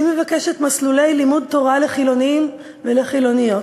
אני מבקשת מסלולי לימוד תורה לחילונים ולחילוניות.